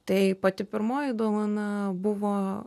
tai pati pirmoji dovana buvo